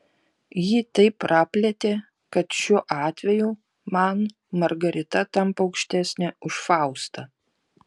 jį taip praplėtė kad šiuo atveju man margarita tampa aukštesnė už faustą